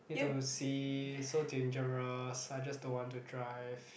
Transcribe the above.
need to see so dangerous I just don't want to drive